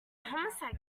homicide